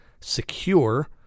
secure